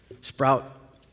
sprout